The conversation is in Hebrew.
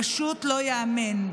פשוט לא ייאמן.